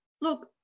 Look